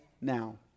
now